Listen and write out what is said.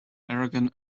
aragon